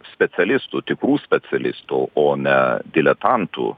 specialistų tikrų specialistų o ne diletantų